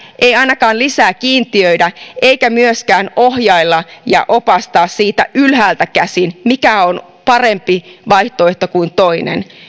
ei ainakaan lisää kiintiöidä eikä myöskään ohjailla ja opasteta ylhäältä käsin mikä on parempi vaihtoehto